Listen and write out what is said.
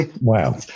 Wow